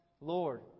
Lord